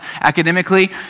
academically